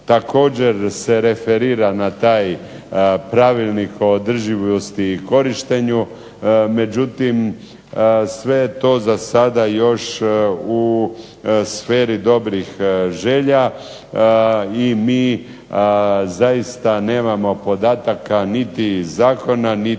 također se referira na taj pravilnik o održivosti i korištenju. Međutim, sve je to za sada još u sferi dobrih želja i mi zaista nemamo podataka niti iz zakona niti